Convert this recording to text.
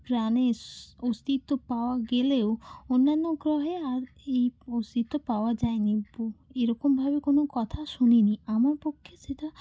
প্রাণের অস্তিত্ব পাওয়া গেলেও অন্যান্য গ্রহে আর এই অস্তিত্ব পাওয়া যায়নি এরমভাবে কোনো কথা শুনিনি আমার পক্ষে সেটা